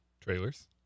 trailers